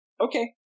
Okay